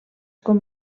com